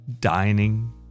dining